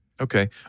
Okay